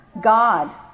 God